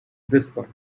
whisper